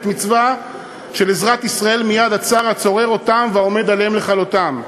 מצווה של עזרת ישראל מיד הצר הצורר אותם והעומד עליהם לכלותם,